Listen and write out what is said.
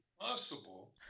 possible